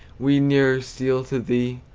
we nearer steal to thee,